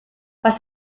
was